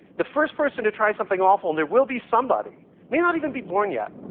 the first person to try something awful and there will be somebody may not even be born yet.